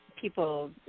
people